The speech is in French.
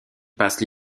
passent